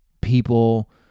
people